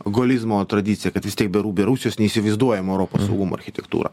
golizmo tradicija kad vis tiek be ru be rusijos neįsivaizduojama europos saugumo architektūra